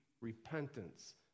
repentance